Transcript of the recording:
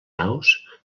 naus